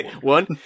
One